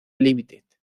ltd